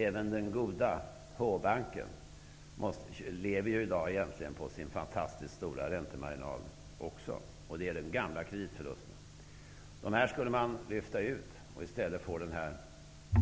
Även den goda H-banken lever i dag på sin fantastiskt stora räntemarginal, och det gäller gamla kreditförluster. Det här skulle man lyfta ut, för att i stället få